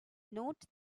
note